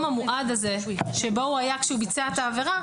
המועד הזה שבו הוא היה כשהוא ביצע את העבירה,